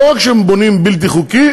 לא רק שהם בונים בלתי חוקי,